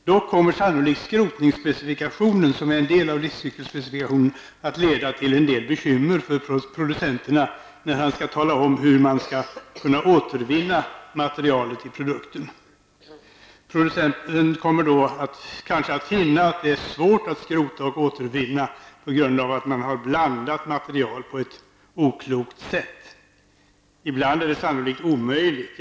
Dock kommer sannolikt skrotningsspecifikationen, som är en del av livscykelspecifikationen, att leda till en del bekymmer för producenten när han skall tala om hur man skall kunna återvinna materialet i produkten. Producenten kommer kanske då att finna att produkten är svår att skrota och återvinna på grund av att han har blandat material på ett oklokt sätt. Ibland blir det sannolikt omöjligt.